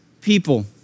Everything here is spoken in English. people